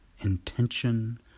intention